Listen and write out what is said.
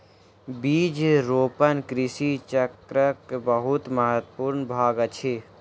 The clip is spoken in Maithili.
बीज रोपण कृषि चक्रक बहुत महत्वपूर्ण भाग अछि